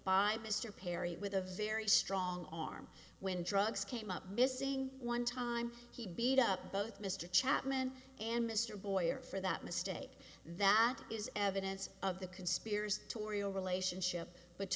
by mr perry with a very strong arm when drugs came up missing one time he beat up both mr chapman and mr boyer for that mistake that is evidence of the conspiracy tauriel relationship